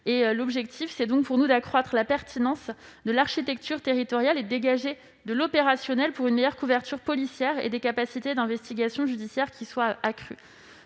objectif est d'accroître la pertinence de l'architecture territoriale et de dégager du potentiel opérationnel pour une meilleure couverture policière et des capacités d'investigation judiciaire accrues.